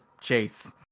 chase